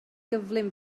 gyflym